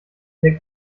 der